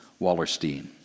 Wallerstein